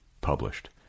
published